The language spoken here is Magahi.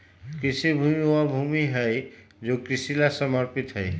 कृषि भूमि वह भूमि हई जो कृषि ला समर्पित हई